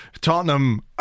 Tottenham